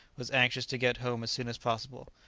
was anxious to get home as soon as possible.